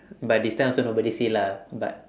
but this time also nobody see lah but